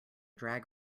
drag